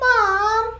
Mom